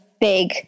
big